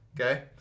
Okay